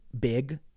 big